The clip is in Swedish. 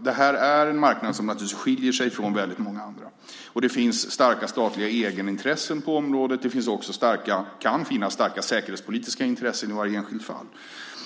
Detta är en marknad som skiljer sig från andra. Det finns starka statliga egenintressen på området. Det kan också finnas starka säkerhetspolitiska intressen i varje enskilt fall.